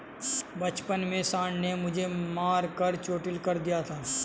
बचपन में सांड ने मुझे मारकर चोटील कर दिया था